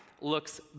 looks